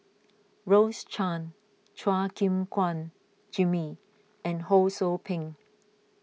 Rose Chan Chua Gim Guan Jimmy and Ho Sou Ping